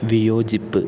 വിയോജിപ്പ്